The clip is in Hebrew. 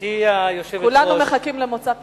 גברתי היושבת-ראש, כולנו מחכים למוצא פיך.